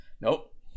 Nope